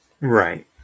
Right